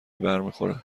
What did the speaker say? برمیخوره